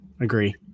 agree